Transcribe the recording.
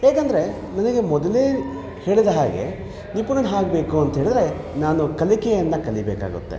ಹೇಗಂದರೆ ನನಗೆ ಮೊದಲೇ ಹೇಳಿದ ಹಾಗೆ ನಿಪುಣನಾಗ್ಬೇಕು ಅಂತ ಹೇಳಿದರೆ ನಾನು ಕಲಿಕೆಯಿಂದ ಕಲಿಬೇಕಾಗುತ್ತೆ